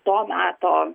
to meto